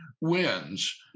Wins